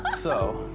um so,